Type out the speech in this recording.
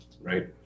Right